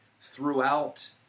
throughout